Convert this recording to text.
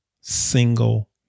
single